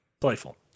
playful